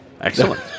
Excellent